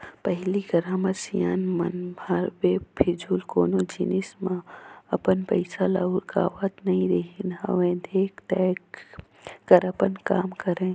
पहिली कर हमर सियान मन ह बेफिजूल कोनो जिनिस मन म अपन पइसा ल उरकावत नइ रिहिस हवय देख ताएक कर अपन काम करय